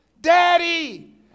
Daddy